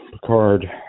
Picard